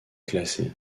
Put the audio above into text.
classé